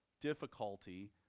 difficulty